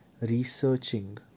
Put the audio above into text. researching